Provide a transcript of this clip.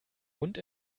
und